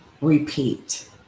repeat